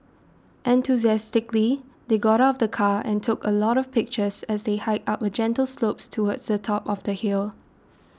enthusiastically they got out of the car and took a lot of pictures as they hiked up a gentle slope towards the top of the hill